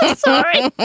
sorry